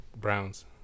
browns